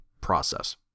process